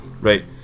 Right